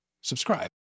subscribe